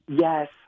Yes